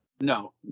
no